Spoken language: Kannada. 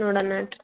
ನೋಡಣ